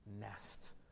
nest